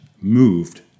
moved